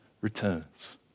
returns